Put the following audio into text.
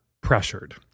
pressured